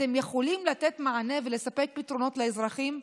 אתם יכולים לתת מענה ולספק פתרונות לאזרחים?